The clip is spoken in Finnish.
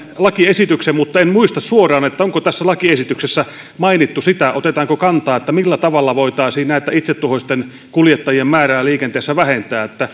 lakiesityksen mutta en muista suoraan onko tässä lakiesityksessä mainittu sitä ja otetaanko kantaa siihen millä tavalla voitaisiin itsetuhoisten kuljettajien määrää liikenteessä vähentää